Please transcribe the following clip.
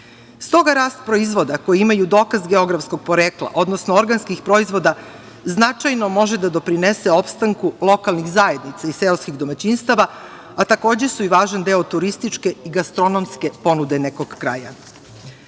S toga rast proizvoda koji imaju dokaz geografskog porekla, odnosno organskih proizvoda značajno može da doprinese opstanku lokalnih zajednica i seoskih domaćinstava, a takođe su i važan deo turističke i gastronomske ponude nekog kraja.